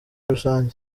rusange